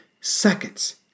seconds